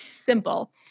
simple